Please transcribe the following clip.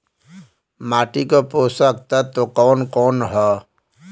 माटी क पोषक तत्व कवन कवन ह?